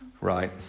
right